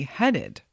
headed